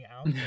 out